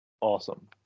awesome